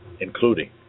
including